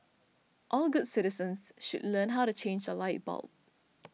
all good citizens should learn how to change a light bulb